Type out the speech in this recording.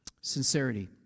Sincerity